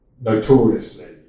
notoriously